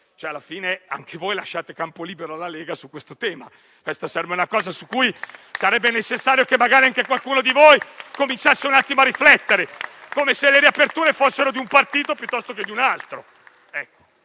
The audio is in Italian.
alla fine anche voi lasciate campo libero alla Lega su questo tema. Ecco, sarebbe un aspetto sul quale sarebbe necessario che magari anche qualcuno di voi cominciasse a riflettere, come se le riaperture fossero di un partito piuttosto che di un altro.